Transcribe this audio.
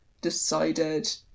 decided